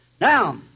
Now